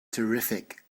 terrific